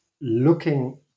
looking